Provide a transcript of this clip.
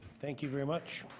thank you very much.